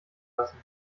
lassen